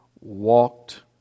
walked